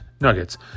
Nuggets